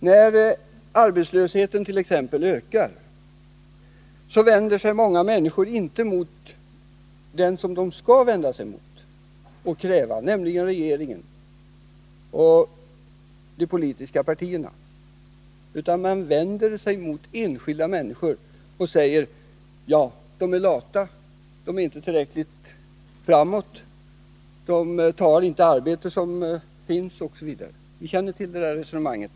När t.ex. arbetslösheten ökar, då är det många som inte vänder sig till dem det gäller, nämligen regeringen och de politiska partierna, utan vänder sig mot enskilda människor genom att säga: De arbetslösa är lata, de är inte tillräckligt framåt, de tar inte det arbete som finns, osv. Vi känner till det resonemanget.